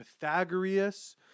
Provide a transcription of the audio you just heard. Pythagoras